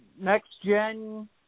Next-gen